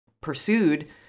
pursued